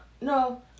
No